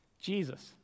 Jesus